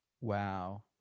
Wow